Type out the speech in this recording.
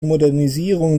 modernisierung